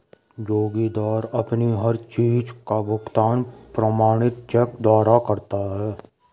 जोगिंदर अपनी हर चीज का भुगतान प्रमाणित चेक द्वारा करता है